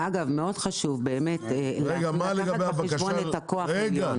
מאוד חשוב לקחת בחשבון את הכוח העליון.